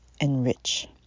enrich